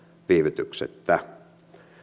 viivytyksettä